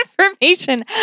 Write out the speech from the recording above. information